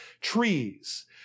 trees